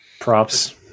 Props